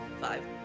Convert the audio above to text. Five